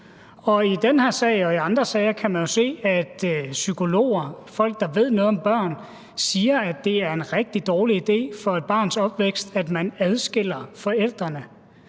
i den her sag og i andre sager kan man jo se, at psykologer, folk, der ved noget om børn, siger, at det er en rigtig dårlig idé for et barns opvækst, at man adskiller forældrene.